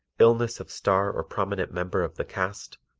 illness of star or prominent member of the cast,